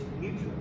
mutual